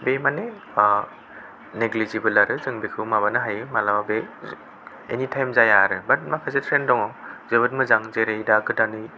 बे माने नेग्लिजिबोल आरो जों बेखौ माबानो हायो मालाबा बे एनिथायम जाया आरो बात माखासे ट्रेन दङ जोबोद मोजां जेरै दा गोदानै